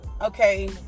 Okay